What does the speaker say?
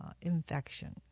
infection